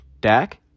Dak